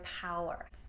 power